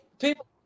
people